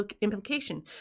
implication